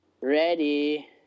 ready